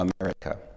America